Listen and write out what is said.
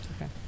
Okay